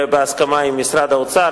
ובהסכמה עם משרד האוצר,